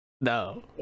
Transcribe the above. No